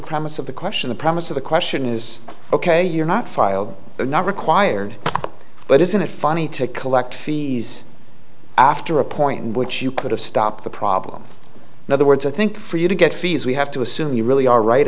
premise of the question the promise of the question is ok you're not filed not required but isn't it funny to collect fees after a point in which you could have stopped the problem in other words i think for you to get fees we have to assume you really are right